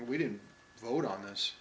we didn't vote on this